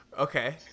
Okay